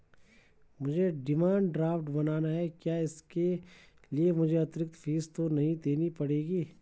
मुझे demand draft बनाना है क्या इसके लिए मुझे अतिरिक्त फीस तो नहीं देनी पड़ेगी?